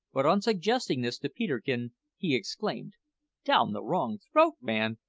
but on suggesting this to peterkin, he exclaimed down the wrong throat, man!